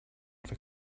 for